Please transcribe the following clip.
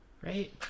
right